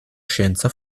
scienza